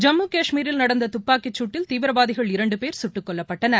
ஜம்முகாஷ்மீரில் நடந்ததுப்பாக்கிச்சூட்டில் தீவிரவாதிகள் இரண்டுபேர் சுட்டுகொல்லப்பட்டனர்